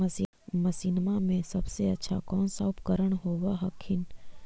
मसिनमा मे सबसे अच्छा कौन सा उपकरण कौन होब हखिन?